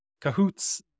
cahoots